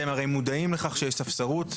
אתם הרי מודעים לכך שיש ספסרות.